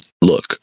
Look